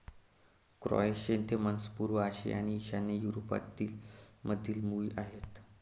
chrysanthemums पूर्व आशिया आणि ईशान्य युरोपमधील मूळ आहेत